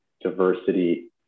diversity